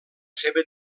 seva